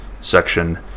section